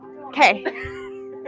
okay